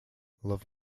love